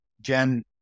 Jen